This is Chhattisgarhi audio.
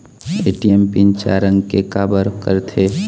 ए.टी.एम पिन चार अंक के का बर करथे?